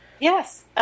Yes